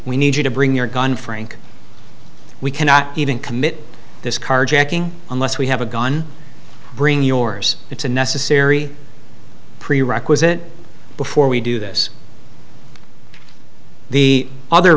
we needed to bring your gun frank we cannot even commit this carjacking unless we have a gun bring yours it's a necessary prerequisite before we do this the other